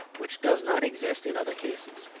which does not exist in other cases.